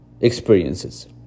experiences